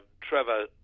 Trevor